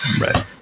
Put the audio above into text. Right